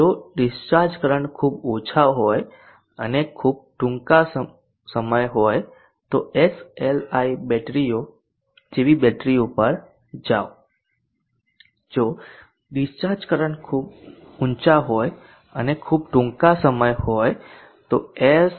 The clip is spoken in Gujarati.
જો ડિસ્ચાર્જ કરંટ ખૂબ ઊંચા હોય અને ખૂબ ટૂંકા સમય હોય તો એસ